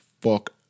fuck